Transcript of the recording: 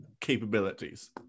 capabilities